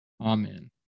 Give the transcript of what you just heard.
Amen